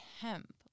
hemp